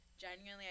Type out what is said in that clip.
Genuinely